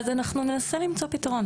אז אנחנו ננסה למצוא פתרון.